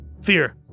Fear